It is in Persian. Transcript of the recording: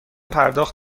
پرداخت